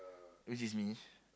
which is me